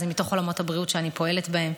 מתוך עולמות הבריאות שאני פועלת בהם,